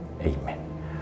Amen